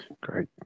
Great